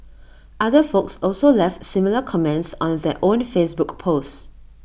other folks also left similar comments on their own Facebook post